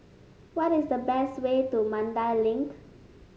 what is the best way to Mandai Link